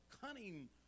Cunning